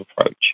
approach